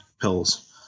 pills